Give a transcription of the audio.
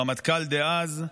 הרמטכ"ל דאז,